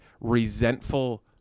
resentful